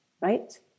Right